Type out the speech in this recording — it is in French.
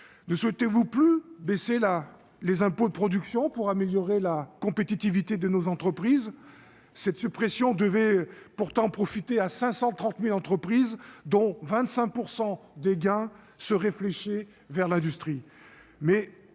ne souhaitez-vous plus baisser là les impôts de production pour améliorer la compétitivité de nos entreprises, cette suppression devait pourtant profiter à 530000 entreprises dont 25 % des gains se réfléchis vers l'industrie